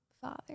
Father